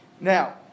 now